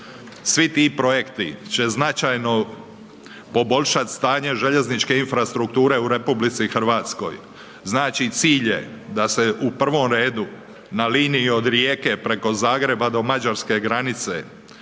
Svi ti projekti će značajno poboljšat stanje željezničke infrastrukture u Republici Hrvatskoj, znači cilj je da se u prvom redu na liniji od Rijeke preko Zagreba do mađarske granice,